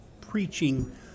preaching